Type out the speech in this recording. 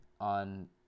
on